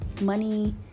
money